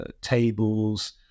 tables